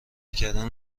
کردن